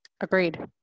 agreed